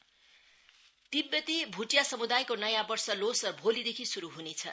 लोसार तिब्बती भूटिया समूदायको नयाँ वर्ष लोसर भोलिदेखि श्रु हनेछ